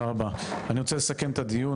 אני רוצה לסכם את הדיון.